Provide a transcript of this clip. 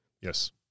Yes